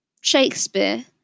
Shakespeare